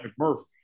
McMurphy